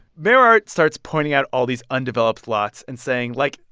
mayor art starts pointing out all these undeveloped lots and saying, like,